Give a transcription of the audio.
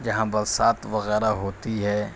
جہاں برسات وغیرہ ہوتی ہے